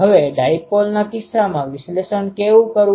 હવે ડાયપોલના કિસ્સામાં વિશ્લેષણ કેવી રીતે કરવું